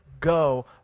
Go